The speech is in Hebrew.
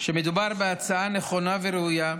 שמדובר בהצעה נכונה וראויה,